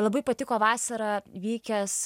labai patiko vasarą vykęs